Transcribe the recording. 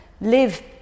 live